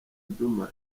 djuma